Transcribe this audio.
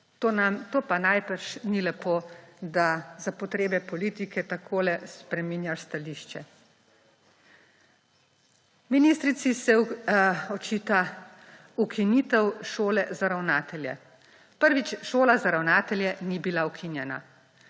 To pa najbrž ni lepo, da za potrebe politike takole spreminjaš stališče. Ministrici se očita ukinitev Šole za ravnatelje. Prvič, Šola za ravnatelje ni bila ukinjena.